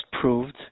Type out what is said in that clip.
proved